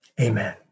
Amen